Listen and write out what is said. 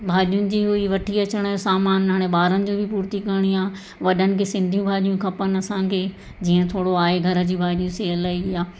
भाॼीयुनि जी हुई वठी अचण जो सामान हाणे ॿारनि जो बि पूर्ति करिणी आहे वॾनि खे सिंधियूं भाॼियूं खपनि असांखे जीअं थोरो आहे घर जी भाॼियूं सेअल इहा